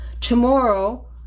Tomorrow